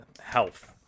health